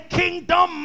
kingdom